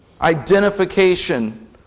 identification